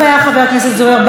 חבר הכנסת זוהיר בהלול,